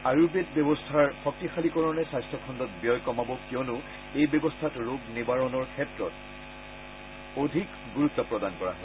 আয়ুৰৰ্বেদ ব্যৱস্থাৰ শক্তিশালীকৰণে স্বাস্থাখণ্ডত ব্যয় কমাব কিয়নো এই ব্যৱস্থাত ৰোগ নিবাৰণৰ ক্ষেত্ৰত অধিক গুৰুত্ব প্ৰদান কৰা হয়